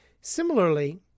Similarly